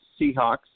Seahawks